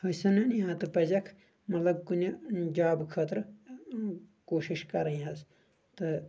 یا تہٕ پزٮ۪کھ مطلب کُنہِ جابہٕ خأطرٕ کوٗشِش کرٕنۍ حظ تہٕ